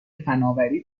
فنآوری